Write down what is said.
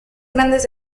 grandes